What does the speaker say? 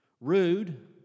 rude